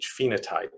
phenotype